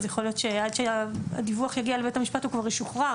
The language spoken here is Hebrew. אז יכול להיות שעד שהדיווח יגיע לבית המשפט הוא כבר ישוחרר.